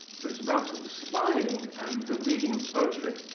it's about so the spying and the reading of poetry.